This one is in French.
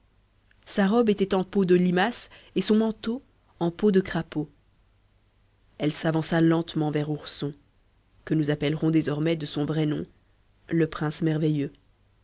sa robe était en peaux de limaces et son manteau en peaux de crapauds elle s'avança lentement vers ourson que nous appellerons désormais de son vrai nom le prince merveilleux